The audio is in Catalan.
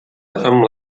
amb